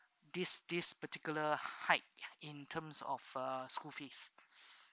this this particular hike in terms of uh school fees